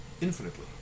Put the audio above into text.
infinitely